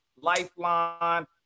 Lifeline